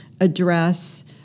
address